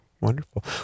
wonderful